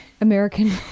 American